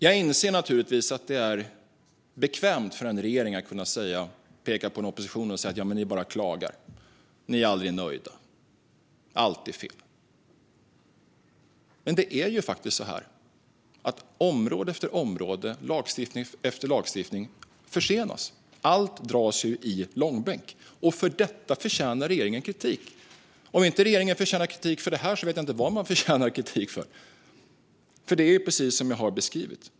Jag inser naturligtvis att det är bekvämt för en regering att kunna peka på en opposition och säga: Ni bara klagar. Ni är aldrig nöjda. Allt är fel. Men det är faktiskt så att område efter område, lagstiftning efter lagstiftning försenas. Allt dras i långbänk. För detta förtjänar regeringen kritik. Om regeringen inte förtjänar kritik för detta vet jag inte vad man förtjänar kritik för. Det är nämligen precis som jag har beskrivit.